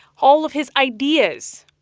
all of his ideas,